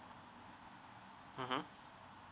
mmhmm